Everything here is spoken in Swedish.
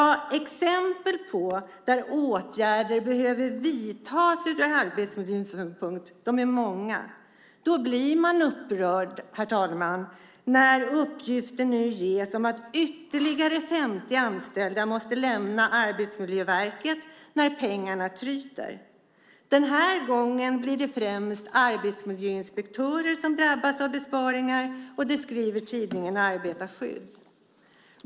Exemplen där åtgärder behöver vidtas ur arbetsmiljösynpunkt är många. Därför blir man upprörd när uppgifter nu kommer om att ytterligare 50 anställda måste lämna Arbetsmiljöverket när pengarna tryter. Den här gången blir det främst arbetsmiljöinspektörer som drabbas av besparingar. Det skriver tidningen Arbetarskydd.